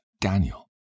Daniel